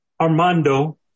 Armando